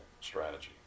strategy